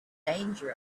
danger